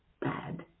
bad